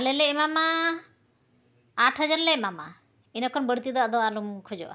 ᱟᱞᱮ ᱞᱮ ᱮᱢᱟᱢᱟ ᱟᱴ ᱦᱟᱡᱟᱨᱞᱮ ᱮᱢᱟᱢᱟ ᱤᱱᱟᱹ ᱠᱷᱚᱱ ᱵᱟᱹᱲᱛᱤᱫᱚ ᱟᱫᱚ ᱟᱞᱚᱢ ᱠᱷᱚᱡᱚᱜᱼᱟ